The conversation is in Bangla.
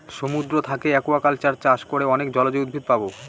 সমুদ্র থাকে একুয়াকালচার চাষ করে অনেক জলজ উদ্ভিদ পাবো